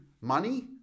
money